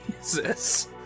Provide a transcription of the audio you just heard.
Jesus